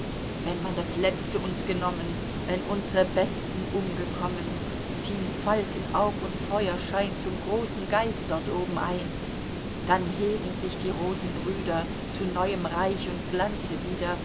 wenn man das letzte uns genommen wenn unsre besten umgekommen ziehn falkenaug und feuerschein zum großen geist dort oben ein dann heben sich die roten brüder zu neuem reich und glanze wieder